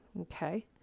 Okay